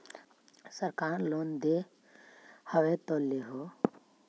सरकार लोन दे हबै तो ले हो?